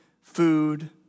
food